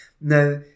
Now